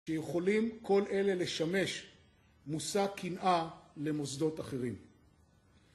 שיכולים כל אלה לשמש מושג קנאה למוסדות אחרים.